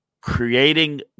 creating